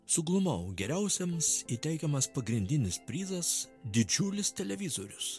suglumau geriausiems įteikiamas pagrindinis prizas didžiulis televizorius